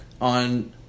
on